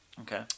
Okay